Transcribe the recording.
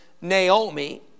Naomi